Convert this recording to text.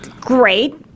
great